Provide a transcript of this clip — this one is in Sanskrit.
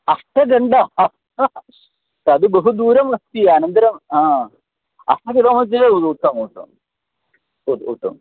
अष्टघण्टा तद् बहु दूरम् अस्ति अनन्तरम् उत्तमम् उत्तमम् उत् उत्तमम्